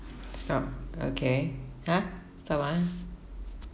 stop okay !huh! stop ah